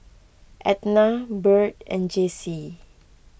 Etna Byrd and Jessee